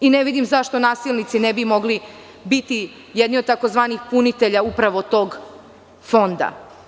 Ne vidim zašto nasilnici ne bi mogli biti jedni od takozvanih punitelja upravo tog fonda.